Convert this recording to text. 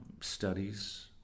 studies